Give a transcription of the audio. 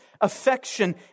affection